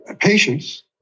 patients